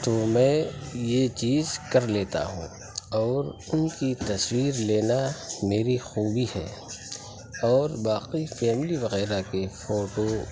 تو میں یہ چیز کر لیتا ہوں اور ان کی تصویر لینا میری خوبی ہے اور باقی فیملی وغیرہ کے فوٹو